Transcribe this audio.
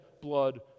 blood